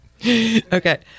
Okay